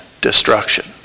destruction